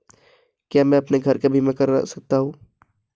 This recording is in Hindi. क्या मैं अपने घर का बीमा करा सकता हूँ?